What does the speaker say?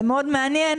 זה מאוד מעניין.